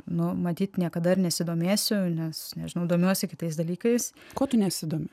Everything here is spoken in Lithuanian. nu matyt niekada nesidomėsiu nes nežinau domiuosi kitais dalykais ko tu nesidomi